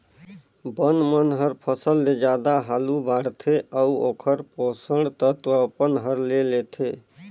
बन मन हर फसल ले जादा हालू बाड़थे अउ ओखर पोषण तत्व अपन हर ले लेथे